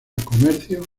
comercio